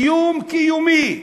איום קיומי.